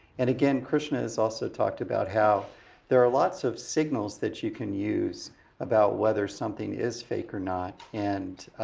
and again, christian has also talked about how there are lots of signals that you can use about whether something is fake or not. and